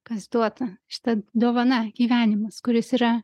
kas duota šita dovana gyvenimas kuris yra